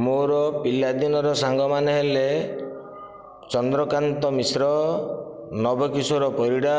ମୋର ପିଲାଦିନର ସାଙ୍ଗମାନେ ହେଲେ ଚନ୍ଦ୍ରକାନ୍ତ ମିଶ୍ର ନବକିଶୋର ପରିଡ଼ା